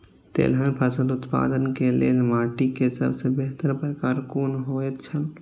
तेलहन फसल उत्पादन के लेल माटी के सबसे बेहतर प्रकार कुन होएत छल?